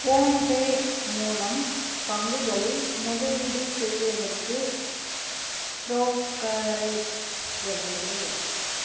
PhonePe மூலம் பங்குகளில் முதலீடு செய்வதற்கு ப்ரோக்கரேஜ் எவ்வளவு